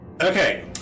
Okay